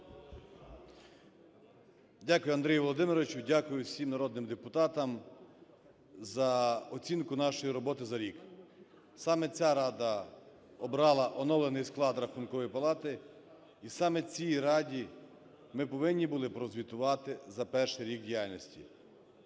Дякую, Андрію Володимировичу, дякую всім народним депутатам за оцінку нашої роботи за рік. Саме ця Рада обрала оновлений склад Рахункової палати, і саме цій Раді ми повинні були прозвітувати за перший рік діяльності.